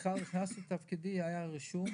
כאשר נכנסתי לתפקידי היה רישום